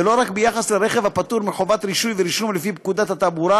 ולא רק ביחס לרכב הפטור מחובת רישוי ורישום לפי פקודת התעבורה,